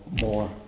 more